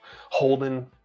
Holden